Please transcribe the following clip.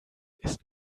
ist